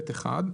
(ב1)